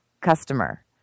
customer